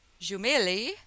Jumeli